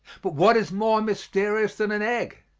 but what is more mysterious than an egg?